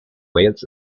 wales